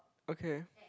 okay